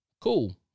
Cool